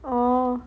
oh